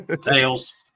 Tails